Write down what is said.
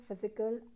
physical